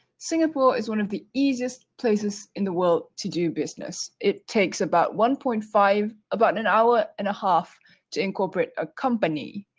singapore is one of the easiest places in the world to do business. it takes about one point five, about an an hour and a half to incorporate a company.